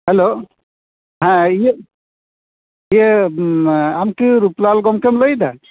hello ᱦᱮᱸ ᱤᱭᱟᱹ ᱟᱢᱠᱤ ᱨᱩᱯᱞᱟᱞ ᱜᱚᱝᱠᱮᱢ ᱞᱟᱹᱭᱫᱟ